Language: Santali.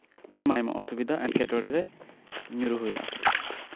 ᱟᱭᱢᱟ ᱟᱭᱢᱟ ᱚᱥᱩᱵᱤᱫᱷᱟᱨᱮ ᱮᱸᱴᱠᱮ ᱴᱚᱬᱮ ᱨᱮ ᱧᱩᱨᱩ ᱦᱳᱭᱳᱜᱼᱟ